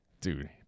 dude